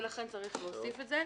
ולכן צריך להוסיף את זה.